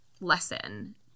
lesson